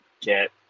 get